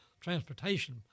Transportation